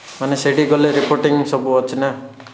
ପୁଣି ସେଠିକି ଗଲେ ରିପୋଟିଙ୍ଗ ସବୁ ଅଛି ନା